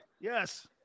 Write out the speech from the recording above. Yes